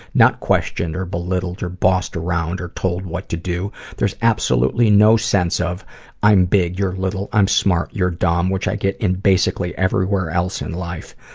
not questioned or belittled or bossed around or told what to do. there's absolutely no sense of i'm big, youre little. i'm smart, you're dumb which i get in everywhere else in life.